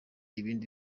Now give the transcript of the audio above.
ibindi